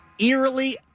eerily